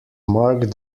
marked